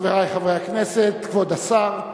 חברי חברי הכנסת, כבוד השר,